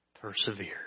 persevered